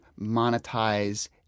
monetize